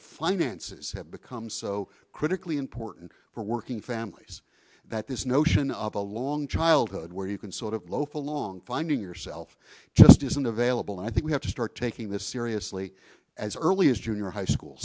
the finances have become so critically important for working families that this notion of a long childhood where you can sort of loaf along finding yourself just isn't available and i think we have to start taking this seriously as early as junior high school